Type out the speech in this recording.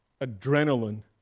adrenaline